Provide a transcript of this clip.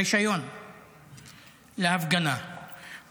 רישיון להפגנה,